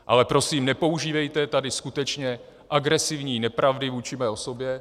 Ale prosím, nepoužívejte tady skutečně agresivní nepravdy vůči mé osobě.